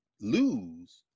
lose